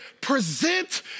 present